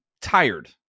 tired